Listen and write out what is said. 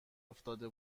افتاده